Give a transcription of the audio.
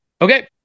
Okay